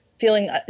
feeling